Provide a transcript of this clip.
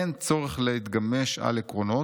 אין צורך להתגמש על עקרונות,